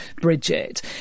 Bridget